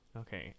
Okay